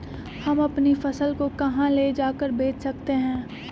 हम अपनी फसल को कहां ले जाकर बेच सकते हैं?